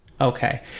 Okay